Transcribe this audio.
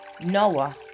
noah